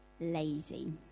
lazy